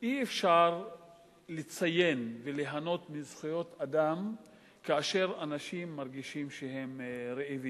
אי-אפשר לציין וליהנות מזכויות אדם כאשר אנשים מרגישים שהם רעבים.